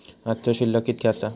आजचो शिल्लक कीतक्या आसा?